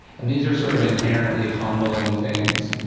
and these are sort of inherently humbling things.